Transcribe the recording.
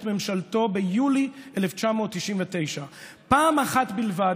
את ממשלתו ביולי 1999. פעם אחת בלבד,